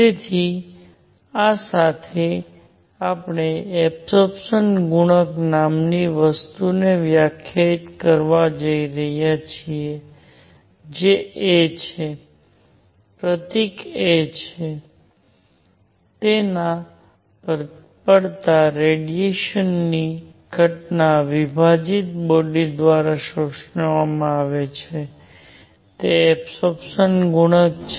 તેથી આ સાથે આપણે એબસોરપ્સન ગુણક નામની વસ્તુને વ્યાખ્યાયિત કરવા જઈ રહ્યા છીએ જે a છે પ્રતીક a છે જે તેના પર પડતાં રેડિયેશન ની ઘટના વિભાજિત બોડી દ્વારા શોષવામાં આવે છે તે એબસોરપ્સન ગુણક છે